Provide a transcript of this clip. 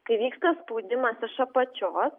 kai vyksta spaudimas iš apačios